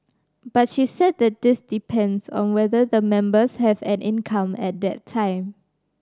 but she said that this depends on whether the members have an income at that time